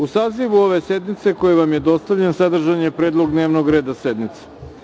U sazivu ove sednice, koji vam je dostavljen, sadržan je predlog dnevnog reda sednice.